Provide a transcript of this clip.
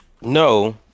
no